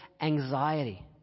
anxiety